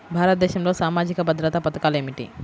భారతదేశంలో సామాజిక భద్రతా పథకాలు ఏమిటీ?